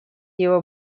его